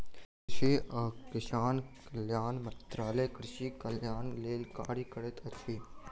कृषि आ किसान कल्याण मंत्रालय कृषि कल्याणक लेल कार्य करैत अछि